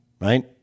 right